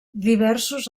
diversos